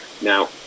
Now